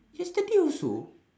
yesterday also